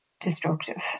destructive